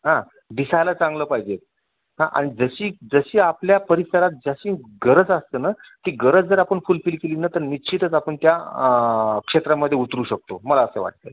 हां दिसायला चांगलं पाहिजे हां अन् जशी जशी आपल्या परिसरात जशी गरज असतं ना ती गरज जर आपण फुलफिल केली ना तर निश्चितच आपण त्या क्षेत्रामध्ये उतरू शकतो मला असं वाटतं आहे